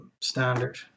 Standard